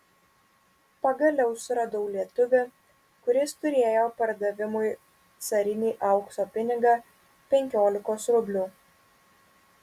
pagaliau suradau lietuvį kuris turėjo pardavimui carinį aukso pinigą penkiolikos rublių